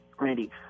Randy